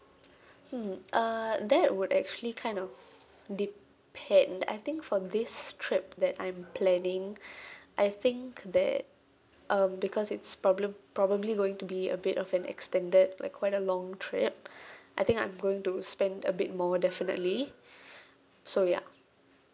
hmm uh that would actually kind of depend I think for this trip that I'm planning I think that um because it's probab~ probably going to be a bit of an extended like quite a long trip I think I'm going to spend a bit more definitely so ya